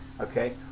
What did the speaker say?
Okay